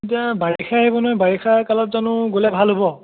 এতিয়া বাৰিষাই আহিব নহয় বাৰিষা কালত জানো গ'লে ভাল হ'ব